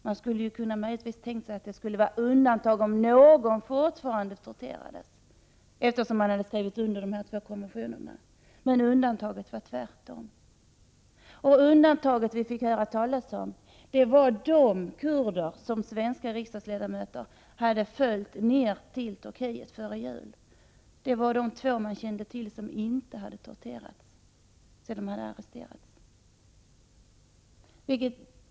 Man skulle kunna tänka sig att tortyr fortfarande förekom i undantagsfall, eftersom Turkiet har skrivit under dessa två konventioner, men det var tvärtom. Det undantag vi fick höra talas om var de kurder som svenska riksdagsledamöter hade följt ner till Turkiet före jul. Det var de två man kände till som inte hade torterats sedan de hade arresterats.